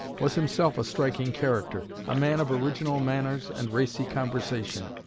was himself a striking character, a man of original manners and racy conversation.